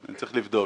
אני צריך לבדוק.